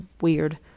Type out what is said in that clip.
weird